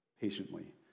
patiently